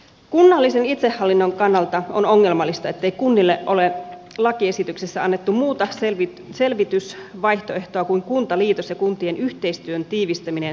kunnallisen itsehallinnon kannalta on ongelmallista ettei kunnille ole lakiesityksessä annettu muuta selvitysvaihtoehtoa kuin kuntaliitos ja kuntien yhteistyön tiivistäminen sivuutetaan täysin